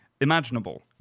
imaginable